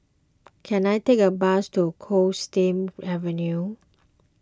can I take a bus to Coldstream Avenue